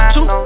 Two